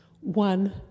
One